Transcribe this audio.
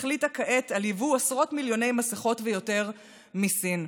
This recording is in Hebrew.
החליטה כעת על יבוא עשרות מיליוני מסכות ויותר מסין.